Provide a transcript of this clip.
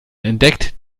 entdeckt